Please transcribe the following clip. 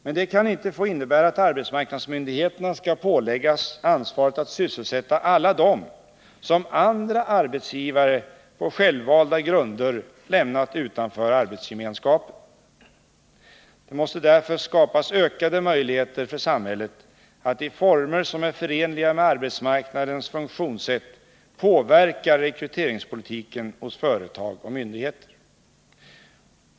Men det kan inte få innebära att arbetsmarknadsmyndigheterna skall åläggas ansvaret att sysselsätta alla dem som andra arbetsgivare på självvalda grunder har lämnat utanför arbetsgemenskapen. Det måste därför skapas ökade möjligheter för samhället att i former som är förenliga med arbetsmarknadens funktionssätt påverka rekryteringspolitiken hos företag och myndigheter.